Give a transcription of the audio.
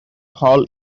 hall